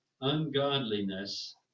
ungodliness